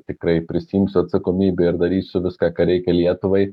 tikrai prisiimsiu atsakomybę ir darysiu viską ką reikia lietuvai